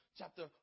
chapter